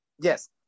Yes